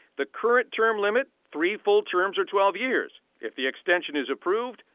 the current term limit, three full terms or twelve years. if the extension is approved,